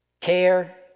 care